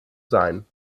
sein